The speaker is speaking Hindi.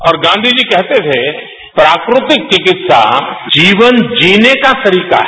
और गांधी जी कहते है थे कि प्राकृतिक चिकित्सा जीवन जीने का तरीका है